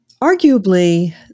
arguably